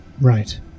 Right